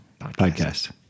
podcast